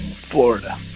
Florida